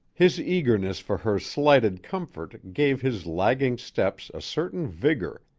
his eagerness for her slighted comfort gave his lagging steps a certain vigor,